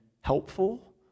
helpful